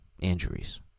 injuries